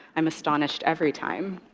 i'm astonished every time.